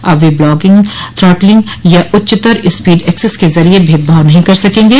अब वे blocking throttling या उच्चतर स्पीड एक्सेस के जरिए भेदभाव नहीं कर सकेंगे